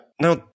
Now